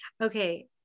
Okay